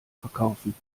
verkaufen